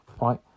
right